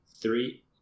three